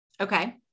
Okay